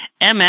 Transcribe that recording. MS